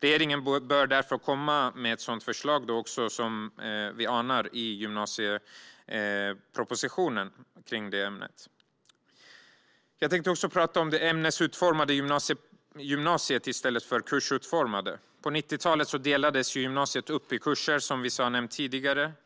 Regeringen bör därför komma med ett sådant förslag som vi anar i gymnasiepropositionen kring detta ämne. Jag vill också tala om det ämnesutformade - i stället för kursutformade - gymnasiet. På 90-talet delades gymnasiet upp i kurser, vilket vissa har nämnt tidigare.